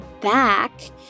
back